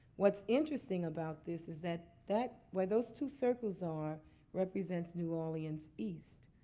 what's interesting about this is that that where those two circles are represents new orleans east.